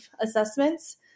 assessments